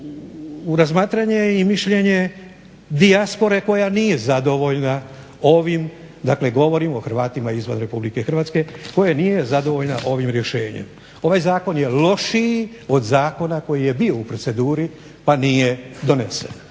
u razmatranje i mišljenje dijaspore koja nije zadovoljna ovim, dakle govorim o Hrvatima izvan RH, koja nije zadovoljna ovim rješenjem. Ovaj zakon je lošiji od zakona koji je bio u proceduri pa nije donesen.